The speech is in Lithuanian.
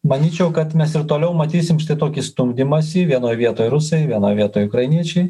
manyčiau kad mes ir toliau matysim tokį stumdymąsi vienoj vietoj rusai vienoj vietoj ukrainiečiai